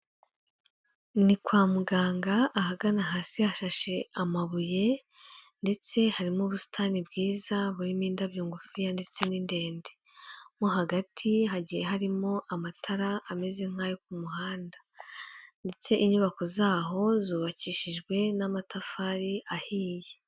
Ni kwa muganga ahagana hasi hashashe amabuye ndetse harimo ubusitani bwiza burimo indabyo ngufiya ndetse n’indende, mo hagati hagiye harimo amatara ameze nk'ayo ku muhanda ndetse inyubako z’aho zubakishijwe n'amatafari ahiye.